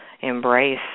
embrace